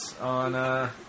on